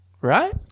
Right